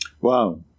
Wow